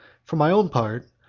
for my own part,